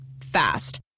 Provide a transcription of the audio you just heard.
Fast